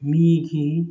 ꯃꯤꯒꯤ